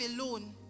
alone